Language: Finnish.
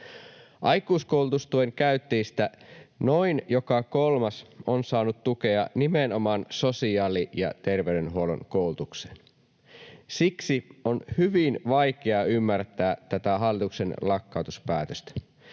Aikuiskoulutustuen käyttäjistä noin joka kolmas on saanut tukea nimenomaan sosiaali- ja tervey-denhuollon koulutukseen. Siksi on hyvin vaikea ymmärtää tätä hallituksen lakkautuspäätöstä,